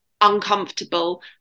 uncomfortable